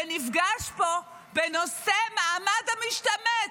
ונפגש פה בנושא מעמד המשתמט,